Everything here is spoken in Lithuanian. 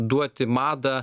duoti madą